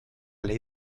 ley